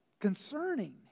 concerning